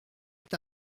est